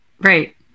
Right